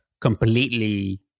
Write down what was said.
completely